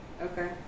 Okay